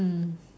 mm